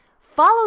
follow